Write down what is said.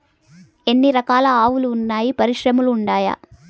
ఎన్ని రకాలు ఆవులు వున్నాయి పరిశ్రమలు ఉండాయా?